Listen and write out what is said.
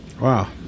Wow